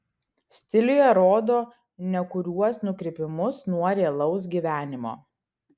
stiliuje rodo nekuriuos nukrypimus nuo realaus gyvenimo